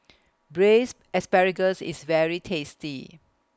Braised Asparagus IS very tasty